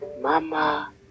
Mama